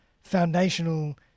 foundational